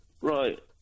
Right